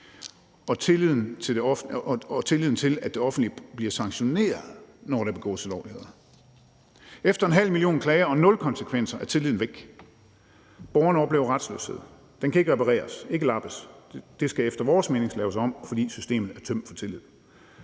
og tillid til, at det offentlige bliver sanktioneret, når der begås ulovligheder. Efter en halv million klager og nul konsekvenser er tilliden væk. Borgeren oplever retsløshed; den kan ikke repareres, ikke lappes. Det skal efter vores mening laves om, fordi systemet er tømt for tillid.